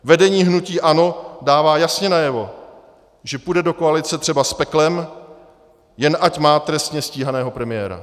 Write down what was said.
Vedení hnutí ANO dává jasně najevo, že půjde do koalice třeba s peklem, jen ať má trestně stíhaného premiéra.